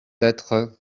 être